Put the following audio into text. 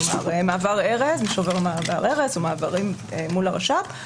כלומר מעבר ארז או מעברים מול הרש"פ,